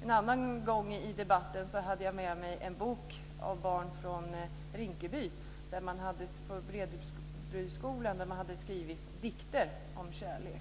I en annan debatt hade jag med mig en bok av barn från Bredbyskolan i Rinkeby som hade skrivit dikter om kärlek.